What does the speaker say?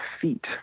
feet